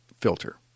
filter